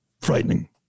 frightening